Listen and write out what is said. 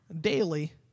daily